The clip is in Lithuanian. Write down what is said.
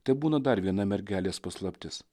tebūna dar viena mergelės paslaptis